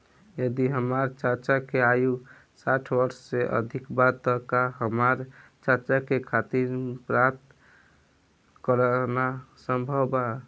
यदि हमार चाचा के आयु साठ वर्ष से अधिक बा त का हमार चाचा के खातिर ऋण प्राप्त करना संभव बा?